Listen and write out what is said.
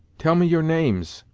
tell me your names,